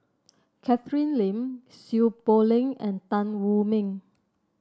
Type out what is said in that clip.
Catherine Lim Seow Poh Leng and Tan Wu Meng